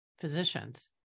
physicians